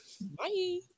Bye